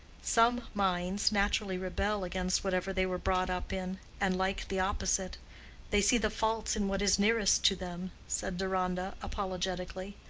some minds naturally rebel against whatever they were brought up in, and like the opposite they see the faults in what is nearest to them, said deronda apologetically.